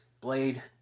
Blade